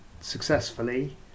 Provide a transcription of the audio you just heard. successfully